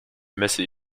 messe